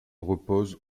repose